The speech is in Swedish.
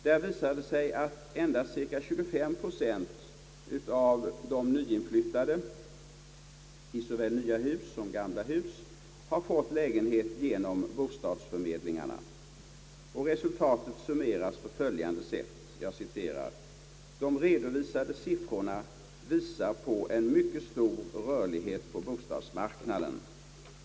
Det visar sig där att endast cirka 23 procent av de nyinflyttade i såväl nya som gamla hus har fått lägenhet genom bostadsförmedlingarna, och resultatet summeras på följande sätt: >De redovisade siffrorna visar på en mycket stor rörlighet på bostadsmarknaden.